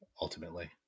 ultimately